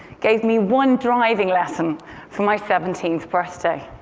gave me one driving lesson for my seventeenth birthday.